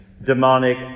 demonic